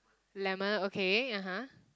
lemon okay (aha)